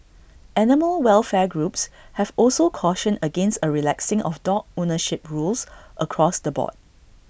animal welfare groups have also cautioned against A relaxing of dog ownership rules across the board